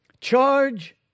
Charge